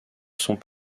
sont